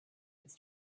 its